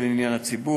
אין עניין לציבור,